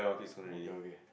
okay okay